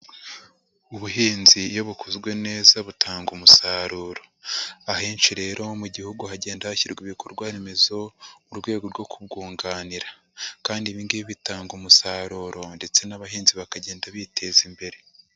Ubuhinzi iyo bukozwe neza butanga umusaruro ,ahenshi rero mu gihugu hagenda hashyirwa ibikorwa remezo mu rwego rwo kubwunganira, kandi bigi bitanga umusaruro ndetse n'abahinzi bakagenda biteza imbere.